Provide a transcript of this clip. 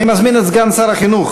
אני מזמין את סגן שר החינוך,